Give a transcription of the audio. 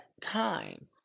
time